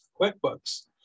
QuickBooks